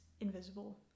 invisible